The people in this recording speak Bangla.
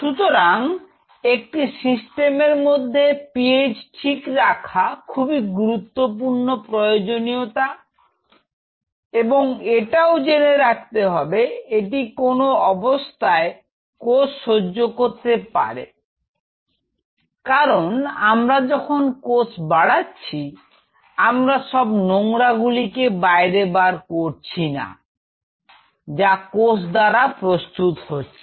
সুতরাং একটি সিস্টেমের মধ্যে পিএইচ ঠিক রাখা খুবই গুরুত্বপূর্ণ প্রয়োজনীয়তা এবং এটাও জেনে রাখতে হবে এটি কোন অবস্থায় কোষ সহ্য করতে পারে কারণ আমরা যখন কোষ বাড়াচ্ছি আমরা সব নোংরা গুলিকে বাইরে বার করছি না যা কোষ দ্বারা প্রস্তুত হচ্ছে